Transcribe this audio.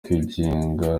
kwigenga